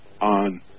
on